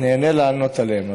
נהנה לענות עליהן.